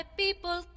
people